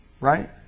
Right